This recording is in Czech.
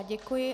Děkuji.